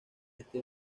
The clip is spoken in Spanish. este